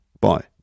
Bye